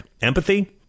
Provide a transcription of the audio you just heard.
empathy